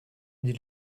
dit